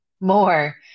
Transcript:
more